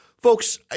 Folks